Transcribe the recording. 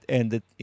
ended